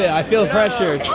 i feel pressured